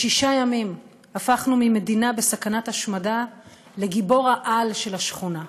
בשישה ימים הפכנו ממדינה בסכנת השמדה לגיבור-העל של השכונה.